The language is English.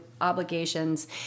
obligations